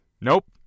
Nope